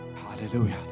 Hallelujah